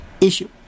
issue